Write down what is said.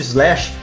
Slash